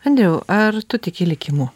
andriau ar tu tiki likimu